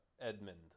Edmund